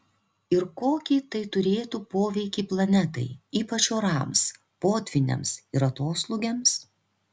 ir kokį tai turėtų poveikį planetai ypač orams potvyniams ir atoslūgiams